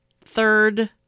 third